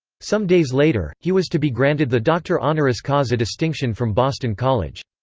some days later, he was to be granted the doctor honoris causa distinction from boston college.